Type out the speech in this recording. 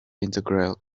integral